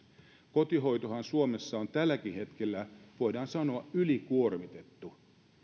kotihoitohan suomessa on tälläkin hetkellä voidaan sanoa ylikuormitettu